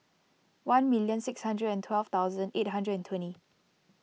one million six thousand and twelve thousand eight hundred and twenty